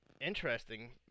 interesting